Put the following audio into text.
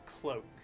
cloak